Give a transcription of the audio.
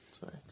Sorry